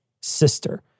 sister